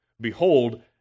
Behold